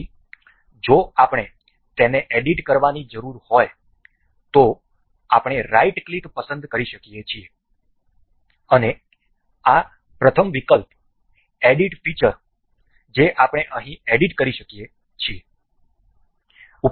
તેથી જો આપણે તેને એડિટ કરવાની જરૂર હોય તો આપણે રાઈટ ક્લિક પસંદ કરી શકીએ છીએ અને આ પ્રથમ વિકલ્પ એડિટ ફિચર જે આપણે અહીં એડિટ કરી શકીએ છીએ